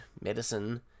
medicine